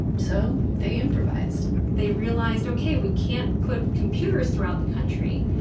so, they improvised they realized, okay, we can't put computers throughout the country,